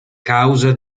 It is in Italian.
causa